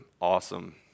awesome